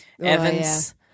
Evans